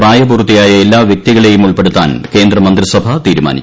പ്രായപൂർത്തിയായ എല്ലാ പ്രൃക്തികളെയും ഉൾപ്പെടുത്താൻ ക്യൂന്ദ്മിന്ത്രിസഭ തീരുമാനിച്ചു